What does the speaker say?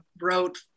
wrote